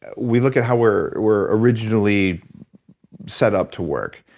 we look at how we're we're originally set up to work.